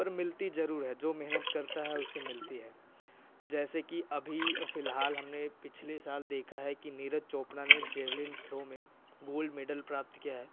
पर मिलती ज़रूर है जो मेहनत करता है उसे मिलती है जैसे की अभी फ़िलहाल हमने पिछले साल देखा है की नीरज चोपड़ा ने जेव्लिंग थ्रो में गोल्ड मैडल प्राप्त किया है